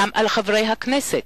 חברי הכנסת,